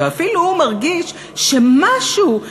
ואפילו הוא מרגיש שמשהו,